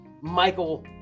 Michael